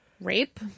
rape